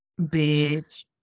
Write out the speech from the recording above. Bitch